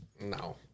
No